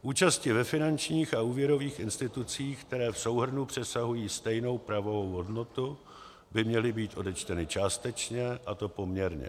Účasti ve finančních a úvěrových institucích, které v souhrnu přesahují stejnou pravou hodnotu, by měly být odečteny částečně, a to poměrně.